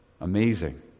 Amazing